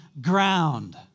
ground